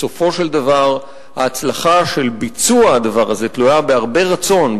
בסופו של דבר ההצלחה של ביצוע הדבר הזה תלויה בהרבה רצון,